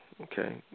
okay